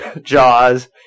Jaws